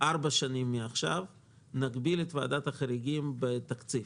ארבע שנים מעכשיו נגביל את ועדת החריגים בתקציב,